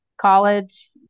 college